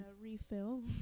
Refill